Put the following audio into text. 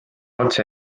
otse